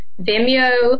Vimeo